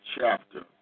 chapter